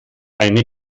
eine